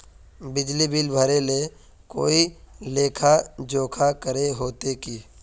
बिजली बिल भरे ले कोई लेखा जोखा करे होते की?